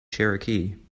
cherokee